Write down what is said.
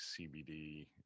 CBD